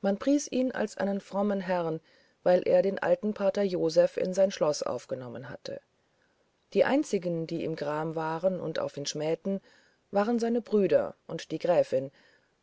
man pries ihn als einen frommen herrn weil er den alten pater joseph in sein schloß aufgenommen hatte die einzigen die ihm gram waren und auf ihn schmähten waren seine brüder und die gräfin